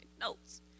notes